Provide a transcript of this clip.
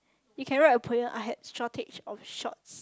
you can write a poem I had shortage of shorts